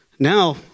Now